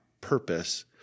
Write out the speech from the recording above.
purpose